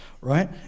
right